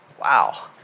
Wow